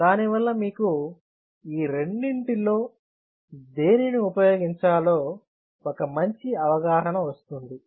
దానివల్ల మీకు ఈ రెండింటిలో దేనిని ఉపయోగించాలో ఒక మంచి అవగాహన వస్తుంది